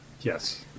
yes